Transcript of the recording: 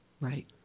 Right